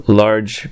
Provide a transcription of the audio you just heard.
large